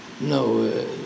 No